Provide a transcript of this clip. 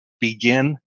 Begin